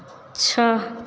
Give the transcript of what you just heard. छः